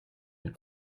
and